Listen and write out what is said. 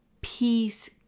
peace